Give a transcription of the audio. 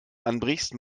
anbrichst